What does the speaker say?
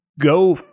Go